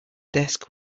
desk